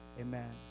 amen